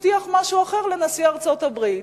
הבטיח משהו אחר לנשיא ארצות-הברית.